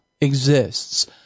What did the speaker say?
exists